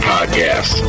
Podcast